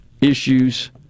issues